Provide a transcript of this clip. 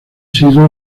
sido